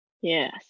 Yes